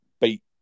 beat